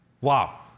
wow